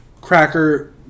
Cracker